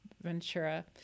Ventura